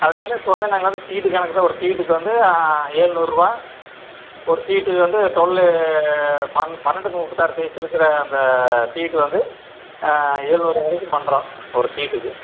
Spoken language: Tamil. அதனால் இப்போ வந்து நாங்கெலாம் இந்த சீடி கணக்கு தான் ஒரு சீட்டுக்கு வந்து எழுநூறு ரூபா ஒரு சீட்டுக்கு வந்து டொல்லு பன் பன்னெண்டுக்கு முப்பத்து ஆறு சைஸுலுக்கிற அந்த சீட்டு வந்து எழுநூறு ரூபாய் வரைக்கும் பண்ணுறோம் ஒரு சீட்டுக்கு